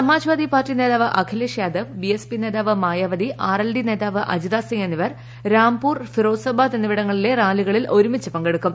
Samajwadi party നേതാവ് Akhilesh യാദ്ധ് B S P നേതാവ് Mayawati R L D നേതാവ് അജിതസിംഗ് എന്നിവർ രാംപൂർ ഫിറോസാബാദ് എന്നിവിടങ്ങളിലെ റാലികളിൽ ഒരുമിച്ച് പങ്കെടുക്കും